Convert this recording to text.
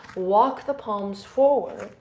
walk the palms forward.